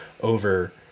over